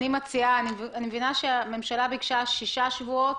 אני מציעה אני מבינה שהממשלה ביקשה שישה שבועות